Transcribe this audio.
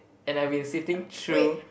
and I've been sitting through